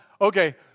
Okay